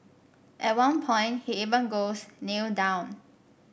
at one point he even goes Kneel down